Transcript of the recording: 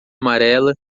amarela